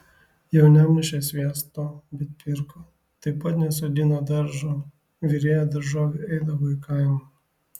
jau nemušė sviesto bet pirko taip pat nesodino daržo virėja daržovių eidavo į kaimą